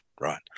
right